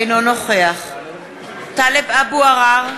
אינו נוכח טלב אבו עראר,